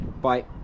bye